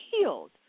healed